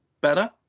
better